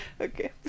okay